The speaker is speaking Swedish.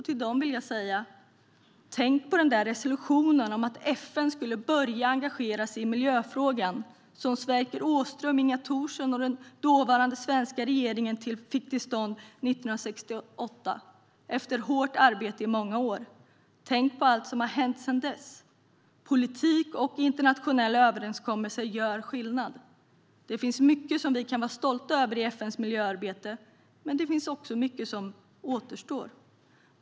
Till dem vill jag säga: Tänk på den där resolutionen om att FN skulle börja engagera sig i miljöfrågan som Sverker Åström, Inga Thorsson och den dåvarande svenska regeringen fick till stånd 1968 efter många års hårt arbete! Tänk på allt som hänt sedan dess! Politik och internationella överenskommelser gör skillnad. Det finns mycket som vi kan vara stolta över i FN:s miljöarbete, men det finns också mycket som återstår.